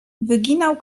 wyginał